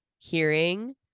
hearing